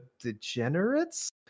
degenerates